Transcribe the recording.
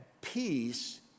peace